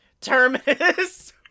Terminus